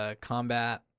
combat